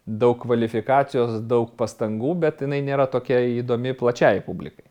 daug kvalifikacijos daug pastangų bet jinai nėra tokia įdomi plačiajai publikai